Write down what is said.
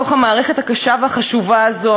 בתוך המערכת הקשה והחשובה הזו,